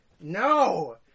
No